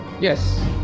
Yes